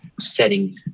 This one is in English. setting